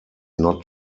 not